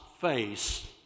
face